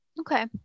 okay